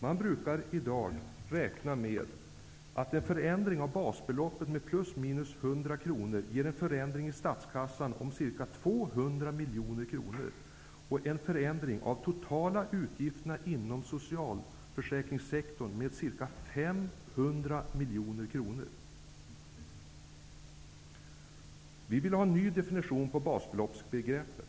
Man brukar i dag räkna med att en förändring av basbeloppet med 100 kr uppåt eller nedåt ger en förändring i statskassan om ca 200 miljoner kronor och en förändring av de totala utgifterna inom socialförsäkringen med ca 500 Vi vill ha en ny definition av basbeloppsbegreppet.